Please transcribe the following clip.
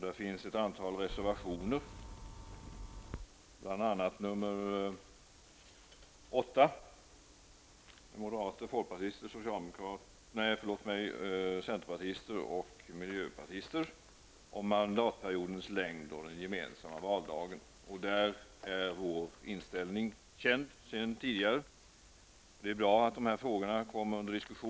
Där finns ett antal reservationer, bl.a. nr 8 från representanterna för moderaterna, folkpartiet, centerpartiet och miljöpartiet om mandatperiodens längd och den gemensamma valdagen. Där är vår inställning känd sedan tidigare, och det är bra att de frågorna kommer under diskussion.